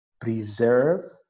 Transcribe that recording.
preserve